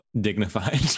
dignified